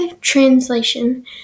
translation